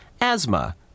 Asthma